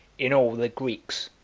in all the greeks,